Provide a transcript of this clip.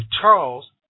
Charles